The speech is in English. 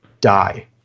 die